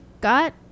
got